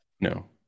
No